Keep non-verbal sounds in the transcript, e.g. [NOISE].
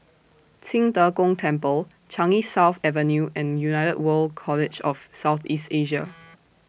Qing De Gong Temple Changi South Avenue and United World College of South East Asia [NOISE]